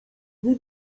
nie